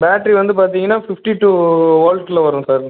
battery வந்து பார்த்தீங்கன்னா fifty two வோல்ட்டில் வரும் சார்